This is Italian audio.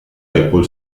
apple